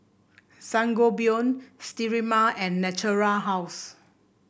Sangobion Sterimar and Natura House